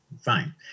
fine